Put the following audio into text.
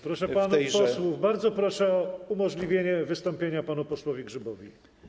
Proszę panów posłów, bardzo proszę o umożliwienie wystąpienia panu posłowi Grzybowi.